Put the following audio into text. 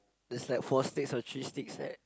there's like four sticks or three sticks right